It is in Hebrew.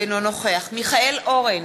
אינו נוכח מיכאל אורן,